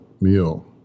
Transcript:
meal